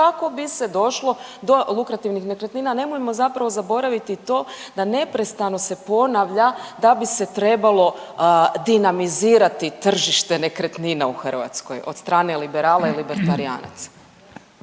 kako bi se došlo do lukrativnih nekretnina, nemojmo zapravo zaboraviti to da neprestano se ponavlja da bi se trebalo dinamizirati tržište nekretnina u Hrvatskoj od strane liberala i libertijanaca.